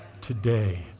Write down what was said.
today